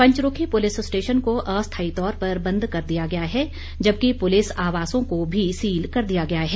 Panchrukhi police station को अस्थायी तौर पर बंद कर दिया गया है जबकि पुलिस आवासों को भी सील कर दिया गया है